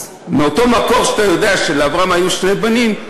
אז מאותו מקור שאתה יודע שלאברהם היו שני בנים,